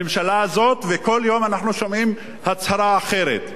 הממשלה הזאת, וכל יום אנחנו שומעים הצהרה אחרת,